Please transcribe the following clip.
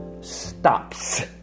Stops